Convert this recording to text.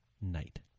night